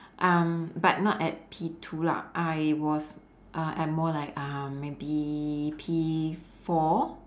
um but not at P two lah I was uh at more like um maybe P four